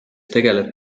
tegeleb